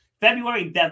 february